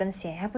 mmhmm